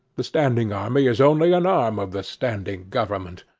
the standing army is only an arm of the standing government.